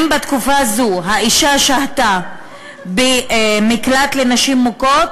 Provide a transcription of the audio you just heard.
אם בתקופה זו האישה שהתה במקלט לנשים מוכות